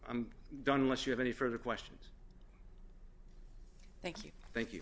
i'm done unless you have any further questions thank you thank you